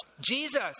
Jesus